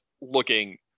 looking